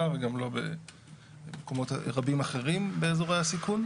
וגם לא במקומות רבים אחרים באזורי הסיכון,